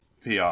PR